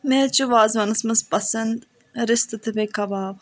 مےٚ حظ چھُ وازوانس منٛز پسند رِستہٕ تہٕ بییہِ کَباب